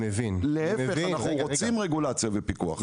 להיפך; אנחנו רוצים רגולציה ופיקוח.